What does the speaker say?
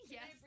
Yes